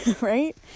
right